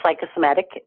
psychosomatic